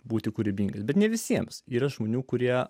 būti kūrybingais bet ne visiems yra žmonių kurie